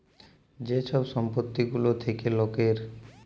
যে ছব সম্পত্তি গুলা থ্যাকে লকের